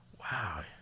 Wow